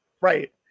Right